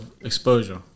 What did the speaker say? Exposure